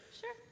Sure